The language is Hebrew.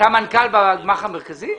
מנכ"ל בגמ"ח המרכזי?